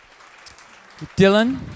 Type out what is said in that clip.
Dylan